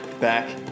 back